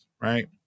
right